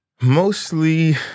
Mostly